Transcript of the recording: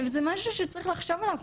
זה משהו שצריך לחשוב עליו,